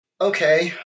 Okay